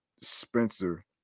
Spencer